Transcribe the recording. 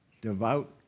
devout